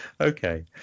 Okay